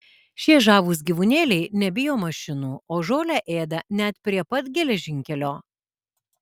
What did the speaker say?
šie žavūs gyvūnėliai nebijo mašinų o žolę ėda net prie pat geležinkelio